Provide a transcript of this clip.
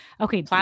Okay